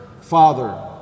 father